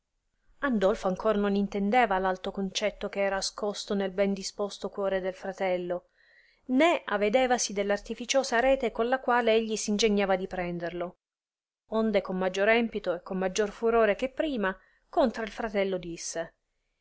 andolfo ancor non intendeva l alto concetto che era ascosto nel ben disposto cuore del fratello né avedevasi dell artificiosa rete colla quale egli s ingegnava di prenderlo onde con maggior empito e con maggior furore che prima contra il fratello disse